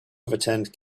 overturned